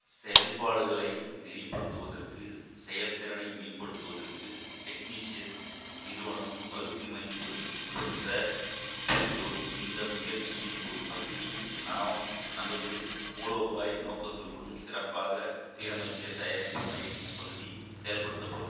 செயல்பாடுகளை நெறிப்படுத்துவதற்கு செயல்திறனை மேம்படுத்துவதற்கு டெக்னிஷிய நிறுவனம் மறுசீரமைப்பு உட்படுத்த உட்படுத்துகிறோம் இந்த முயற்சியின் ஒரு பகுதி நாம் நமது மூலோபாய நோக்கங்களோடும் சிறப்பாக சீரமைக்க தயாரிப்பு மையப்பகுதி செயல்படுத்தப்படும்